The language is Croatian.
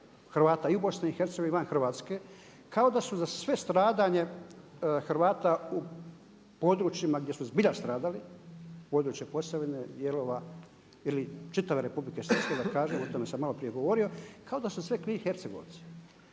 Hrvata i u BiH i van Hrvatske kao da su za sve stradanje Hrvata u područjima gdje su zbilja stradali, područje Posavine, dijelova ili čitave Republike Srpske da kažem, o tome sam malo prije govorio, kao da sve krivi Hercegovci.